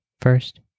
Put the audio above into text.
First